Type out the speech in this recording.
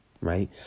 right